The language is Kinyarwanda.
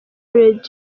radio